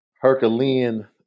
Herculean